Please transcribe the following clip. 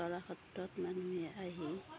সত্ৰত মানুহে আহি